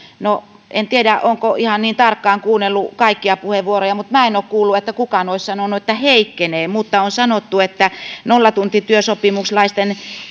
no en tiedä olenko ihan niin tarkkaan kuunnellut kaikkia puheenvuoroja mutta minä en ole kuullut että kukaan olisi sanonut että heikkenee mutta on sanottu että nollatuntityösopimuslaisten